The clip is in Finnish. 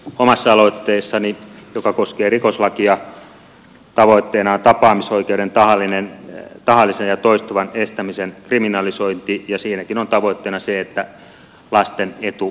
omassa aloitteessani joka koskee rikoslakia tavoitteena on tapaamisoikeuden tahallisen ja toistuvan estämisen kriminalisointi ja siinäkin on tavoitteena se että lasten etu toteutuu